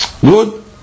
good